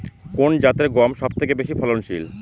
কোন জাতের গম সবথেকে বেশি ফলনশীল?